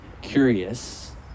curious